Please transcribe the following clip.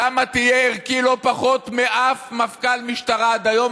כמה תהיה ערכי לא פחות מאף מפכ"ל משטרה עד היום,